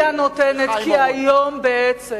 היא הנותנת, כי היום בעצם